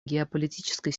геополитической